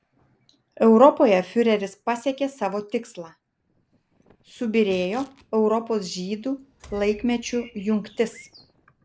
europoje fiureris pasiekė savo tikslą subyrėjo europos žydų laikmečių jungtis